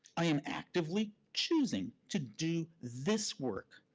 i am actively choosing to do this work,